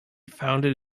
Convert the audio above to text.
founded